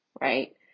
Right